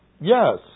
Yes